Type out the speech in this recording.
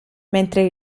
mentre